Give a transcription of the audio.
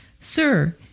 Sir